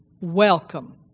welcome